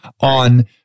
on